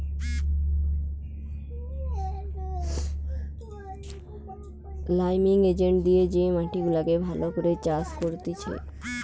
liming agent দিয়ে যে মাটি গুলাকে ভালো করে চাষ করতিছে